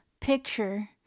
picture